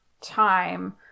time